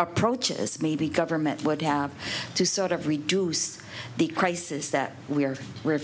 approaches maybe government would have to sort of reduce the prices that we are we're